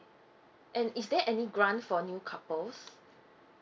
and is there any grant for new couples